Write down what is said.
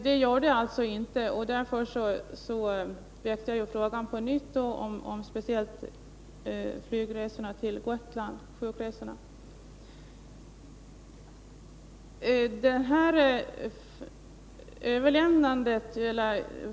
Det gjorde det inte, och därför väckte jag på nytt frågan om speciellt sjukresor med flyg till Gotland.